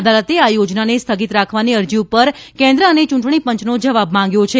અદાલતે આ યોજનાને સ્થગિત રાખવાની અરજી પર કેન્દ્ર અને ચૂંટણી પંચનો જવાબ માંગ્યો છે